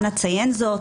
אנא ציין זאת.